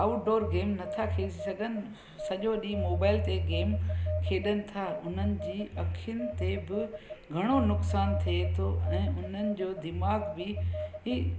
outdoor game नथा खेली सघनि सॼो ॾींहुं मोबाइल ते गेम खेॾनि था हुननि जी अख़ियुनि ते बि घणो नुक़सानु थिए थो ऐं उन्हनि जो दीमाग़ु बि ई